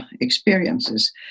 experiences